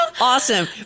awesome